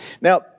Now